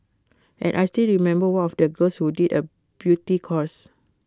and I still remember one of the girls who did A beauty course